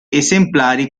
esemplari